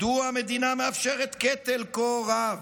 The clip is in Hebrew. מדוע המדינה מאפשרת קטל כה רב?